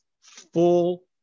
full